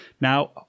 Now